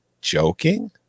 joking